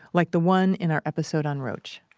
like the one in our episode on rauch